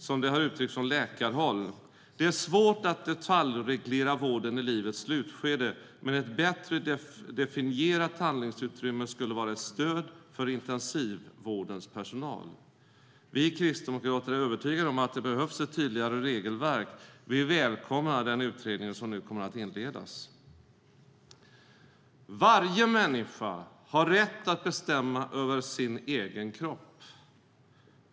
Som det har uttryckts från läkarhåll: Det är svårt att detaljreglera vården i livets slutskede, men ett bättre definierat handlingsutrymme skulle vara ett stöd för intensivvårdens personal. Vi kristdemokrater är övertygade om att det behövs ett tydligare regelverk. Vi välkomnar den utredning som nu kommer att inledas. Varje människa har rätt att bestämma över sin egen kropp.